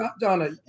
Donna